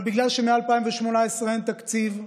אבל בגלל שמ-2018 אין תקציב,